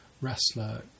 wrestler